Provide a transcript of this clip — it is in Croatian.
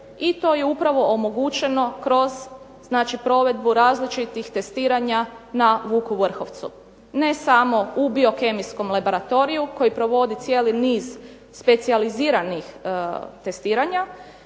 i to je upravo omogućeno kroz znači provedbu različitih testiranja na "Vuku Vrhovcu". Ne samo u biokemijskom laboratoriju koji provodi cijeli niz specijaliziranih testiranja